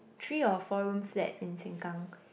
three or four room flat in Sengkang